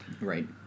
Right